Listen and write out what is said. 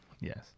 yes